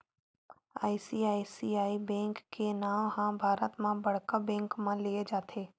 ICICI bank के नांव ह भारत म बड़का बेंक म लेय जाथे